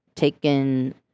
Taken